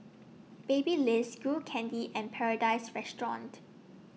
Babyliss Skull Candy and Paradise Restaurant